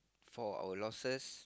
for our losses